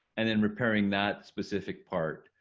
and then repairing that specific part.